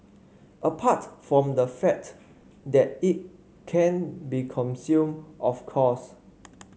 apart from the fat that it can't be consumed of course